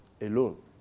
alone